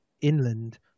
inland